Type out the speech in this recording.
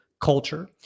culture